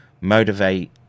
motivate